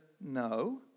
no